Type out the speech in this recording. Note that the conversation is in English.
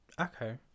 okay